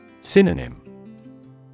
Synonym